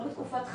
לא בתקופת חירום.